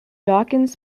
dawkins